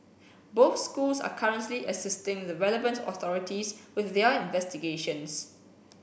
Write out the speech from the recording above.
both schools are currently assisting the relevant authorities with their investigations